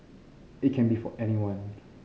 it can be for anyone